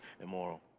immoral